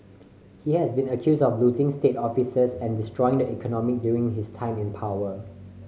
he has been accused of looting state officers and destroying the economy during his time in power